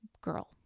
girl